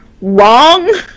wrong